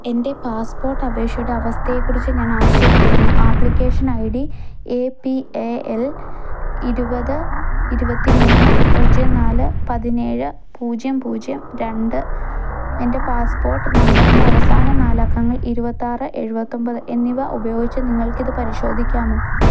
എൻ്റെ പാസ്പോർട്ട് അപേക്ഷയുടെ അവസ്ഥയെക്കുറിച്ച് ഞാൻ ആശ്ചര്യപ്പെടുന്നു application I D A P A L ഇരുപത് ഇരുപത്തിമൂന്ന് പൂജ്യം നാല് പതിനേഴ് പൂജ്യം പൂജ്യം രണ്ട് എൻ്റെ പാസ്പോർട്ട് നമ്പറിൻ്റെ അവസാന നാലക്കങ്ങൾ ഇരുപത്താറ് എഴുപത്തൊമ്പത് എന്നിവ ഉപയോഗിച്ച് നിങ്ങൾക്കിത് പരിശോധിക്കാമോ